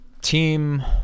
team